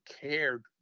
cared